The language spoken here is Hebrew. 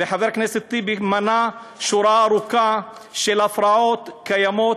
וחבר הכנסת טיבי מנה שורה ארוכה של הפרעות קיימות,